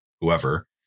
whoever